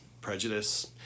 prejudice